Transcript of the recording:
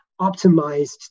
optimized